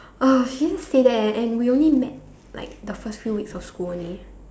!ugh! she just say that and we only met like the first few weeks of school only